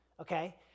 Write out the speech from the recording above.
Okay